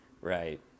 Right